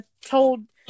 told